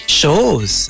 shows